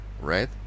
right